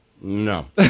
no